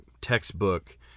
Textbook